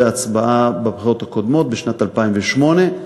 ההצבעה בבחירות הקודמות בשנת 2008,